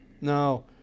No